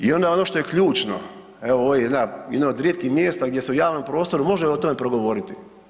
I onda ono što je ključno, evo ovo je jedna, jedno od rijetkih mjesta gdje se u javnom prostoru može o tome progovoriti.